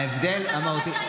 ההבדל המהותי,